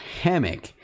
hammock